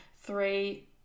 Three